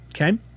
Okay